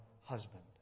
husband